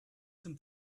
some